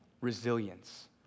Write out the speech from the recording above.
Resilience